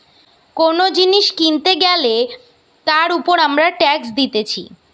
কোন জিনিস কিনতে গ্যালে তার উপর আমরা ট্যাক্স দিতেছি